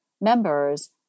members